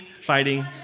fighting